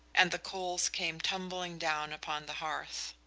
and the coals came tumbling down upon the hearth.